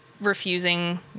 refusing